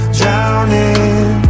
drowning